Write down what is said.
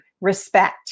respect